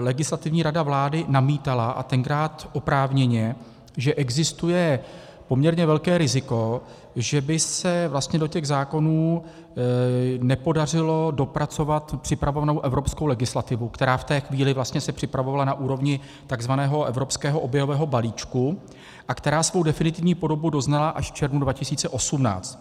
Legislativní rada vlády namítala, a tenkrát oprávněně, že existuje poměrně velké riziko, že by se vlastně do těch zákonů nepodařilo dopracovat připravenou evropskou legislativu, která v té chvíli vlastně se připravovala na úrovni tzv. evropského oběhového balíčku a která svou definitivní podobu doznala až v červnu 2018.